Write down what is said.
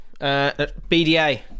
BDA